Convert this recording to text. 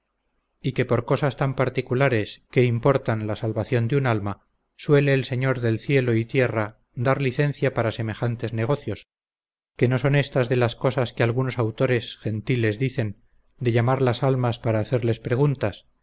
y que por cosas tan particulares que importan la salvación de un alma suele el señor del cielo y tierra dar licencia para semejantes negocios que no son estas de las cosas que algunos autores gentiles dicen de llamar las almas para hacerles preguntas